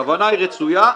הכוונה היא רצויה,